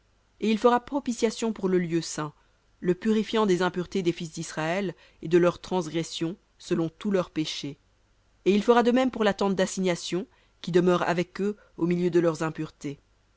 et il fera propitiation pour le lieu saint des impuretés des fils d'israël et de leurs transgressions selon tous leurs péchés et il fera de même pour la tente d'assignation qui demeure avec eux au milieu de leurs impuretés